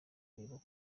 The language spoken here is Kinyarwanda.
kureba